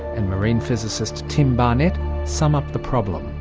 and marine physicist tim barnett sum up the problem.